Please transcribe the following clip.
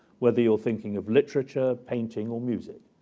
whether you're thinking of literature, painting or music.